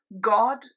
God